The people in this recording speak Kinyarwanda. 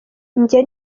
njye